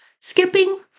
skipping